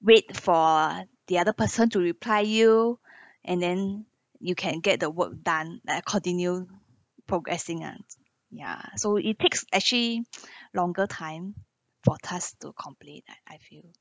wait for the other person to reply you and then you can get the work done like continue progressing ah ya so it takes actually longer time for task to complete ah I feel